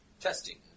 Testing